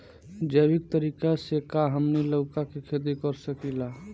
जैविक तरीका से का हमनी लउका के खेती कर सकीला?